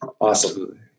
Awesome